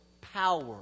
power